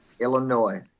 Illinois